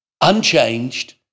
unchanged